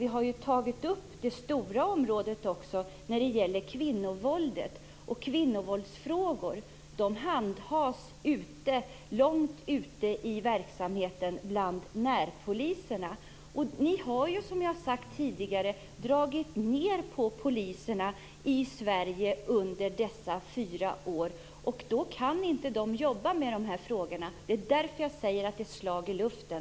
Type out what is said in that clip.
Vi har ju också tagit upp det stora området, kvinnovåld och kvinnovåldsfrågor. De handhas långt ute i verksamheten bland närpoliserna. Ni har ju, som jag tidigare har sagt, dragit ned på poliserna i Sverige under dessa fyra år, och då kan de inte jobba med de här frågorna. Det är därför jag säger att det är ett slag i luften.